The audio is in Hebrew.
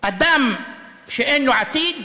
אדם שאין לו עתיד